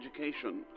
education